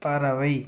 பறவை